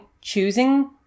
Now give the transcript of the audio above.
choosing